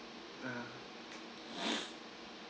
ah